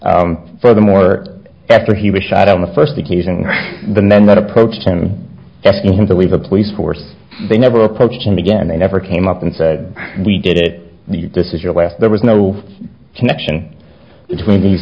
furthermore after he was shot on the first occasion the men that approached him asking him to leave the police force they never approached him again they never came up and said we did it this is your last there was no connection between these